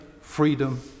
freedom